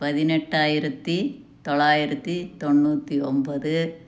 பதினெட்டாயிரத்தி தொள்ளாயிரத்தி தொண்ணூற்றி ஒன்பது